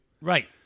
Right